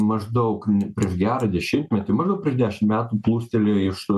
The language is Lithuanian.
maždaug prieš gerą dešimtmetį maždaug per dešim metų plūstelėjo iš